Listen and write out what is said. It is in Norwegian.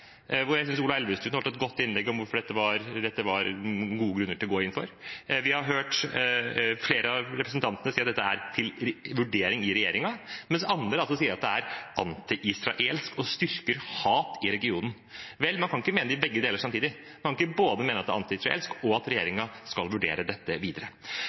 Ola Elvestuen holdt et godt innlegg om hvorfor det var gode grunner til å gå inn for dette. Vi har hørt flere av representantene si at dette er til vurdering i regjeringen, mens andre altså sier at det er anti-israelsk og styrker hat i regionen. Vel, man kan ikke mene begge deler samtidig. Man kan ikke både mene at det er anti-israelsk, og at regjeringen skal vurdere dette videre.